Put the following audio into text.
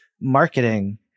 marketing